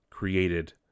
created